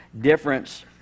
difference